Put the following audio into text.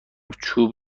چوب